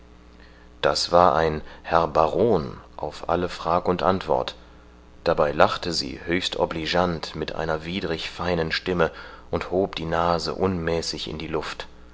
das war ein herr baron auf alle frag und antwort dabei lachte sie höchst obligeant mit einer widrig feinen stimme und hob die nase unmäßig in die luft